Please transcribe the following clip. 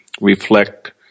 reflect